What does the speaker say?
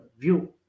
view